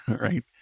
right